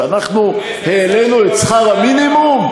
שאנחנו העלינו את שכר המינימום?